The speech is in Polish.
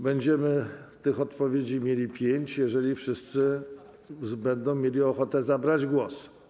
Będziemy tych odpowiedzi mieli pięć, jeżeli wszyscy będą mieli ochotę zabrać głos.